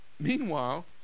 meanwhile